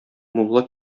мулла